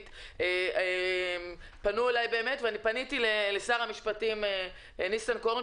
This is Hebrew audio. אכן פנו אליי ואני פניתי לשר המשפטים ניסנקורן